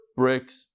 bricks